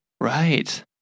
right